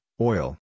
oil